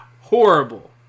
horrible